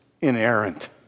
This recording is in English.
inerrant